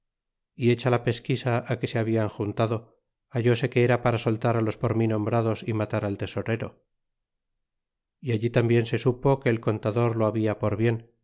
y hecha la pesquisa á que se hablan juntado hallóse que era para soltará los por mí nombrados y matar al tesorero y allí tambien se supo que el contador lo habla por bien